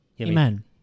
Amen